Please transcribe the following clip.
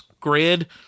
Grid